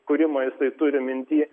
kūrimą jisai turi minty